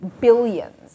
billions